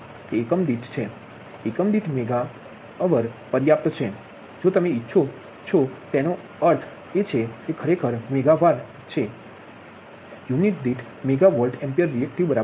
તે એકમ દીઠ છે એકમ દીઠ મેગા વર પર્યાપ્ત છે જે તમે ઇચ્છો છો તેનો અર્થ એ છે કે ખરેખર એકમ મેગા વાર છે જે યુનિટ દીઠ મેગાવોલ્ટમ્પરીએક્ટીવ બરાબર છે